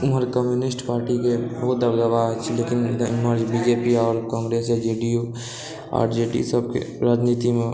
ओमहर कम्युनिस्ट पार्टीके बहुत दबदबा छै लेकिन एमहर बी जे पी आओर Congress J D U R J D सबके राजनीतिमे